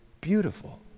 beautiful